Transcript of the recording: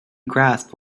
grasp